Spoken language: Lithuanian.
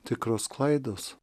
tikros klaidos